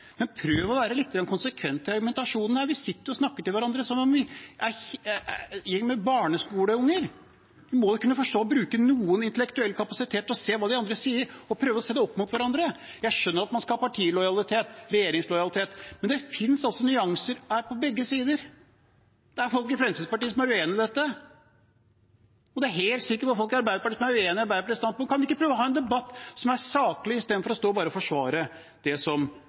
men man må prøve å være litt konsekvent i argumentasjonen. Vi sitter og snakker til hverandre som om vi er en gjeng med barneskoleunger. Vi må kunne bruke noe intellektuell kapasitet til å forstå hva de andre sier, og prøve å se det opp mot hverandre. Jeg skjønner at man skal ha partilojalitet og regjeringslojalitet, men det fins nyanser her på begge sider. Det er folk i Fremskrittspartiet som er uenig i dette, og jeg er helt sikkert på at det er folk i Arbeiderpartiet som er uenig i Arbeiderpartiets standpunkt. Kan vi ikke prøve å ha en debatt som er saklig, istedenfor å stå og forsvare det som